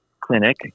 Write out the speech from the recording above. clinic